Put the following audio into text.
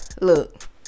Look